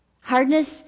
Hardness